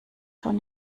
schon